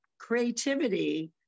creativity